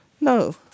No